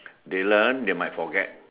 they learn they might forget